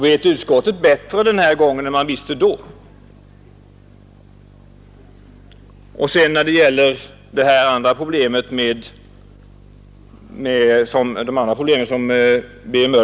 Vet utskottet bättre den här gången än man visste då? Herr Möller tar upp också andra problem.